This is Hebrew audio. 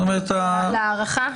להארכה?